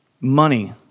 money